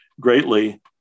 greatly